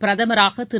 பிரதமராக திரு